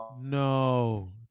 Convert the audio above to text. No